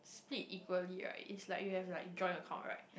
split equally right is like you have like joint account right